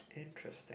interesting